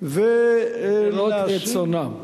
גדרות לצאנם.